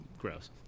gross